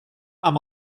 amb